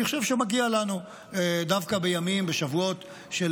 אני חושב שמגיע לנו דווקא בימים ובשבועות של